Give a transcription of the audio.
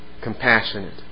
compassionate